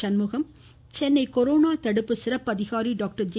Shanmugam Chennai corona தடுப்பு சிறப்பு அதிகாரி டாக்டர் ஜே